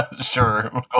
Sure